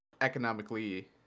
economically